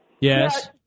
Yes